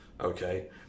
Okay